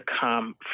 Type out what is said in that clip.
come